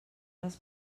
les